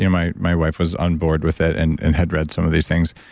yeah my my wife was onboard with it and and had read some of these things.